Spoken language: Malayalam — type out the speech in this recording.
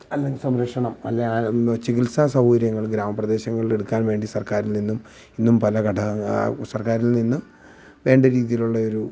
അല്ലെങ്കിൽ സംരക്ഷണം അല്ലെങ്കിൽ ആ ഇന്നോ ചികിത്സാ സൗകര്യങ്ങൾ ഗ്രാമപ്രദേശങ്ങളിലെടുക്കാൻ വേണ്ടി സർക്കാരിൽ നിന്നും ഇന്നും പല ഘടകങ്ങൾ സർക്കാരിൽ നിന്ന് വേണ്ട രീതിയിലുള്ളയൊരു